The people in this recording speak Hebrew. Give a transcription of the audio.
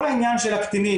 כל העניין של הקטינים,